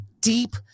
deep